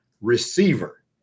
receiver